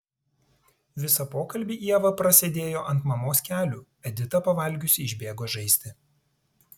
visą pokalbį ieva prasėdėjo ant mamos kelių edita pavalgiusi išbėgo žaisti